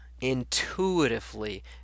intuitively